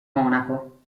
monaco